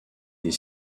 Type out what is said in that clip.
des